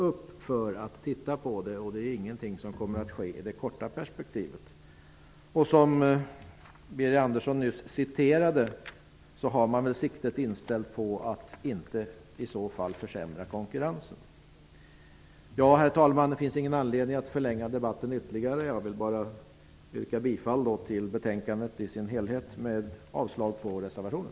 Sett i ett kort perspektiv kommer ingenting att ske. Birger Andersson citerade nyss ur betänkandet. Precis som han sade är siktet i så fall inställt på att konkurrensen inte skall försämras. Herr talman! Det finns inte någon anledning att förlänga debatten ytterligare. Jag vill bara yrka bifall till hemställan i dess helhet i betänkandet och avslag på reservationen.